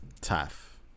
tough